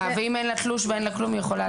ואם אין לה תלוש, היא יכולה?